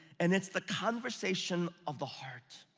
and it's the conversation of the heart.